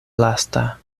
lasta